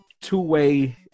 two-way